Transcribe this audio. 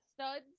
studs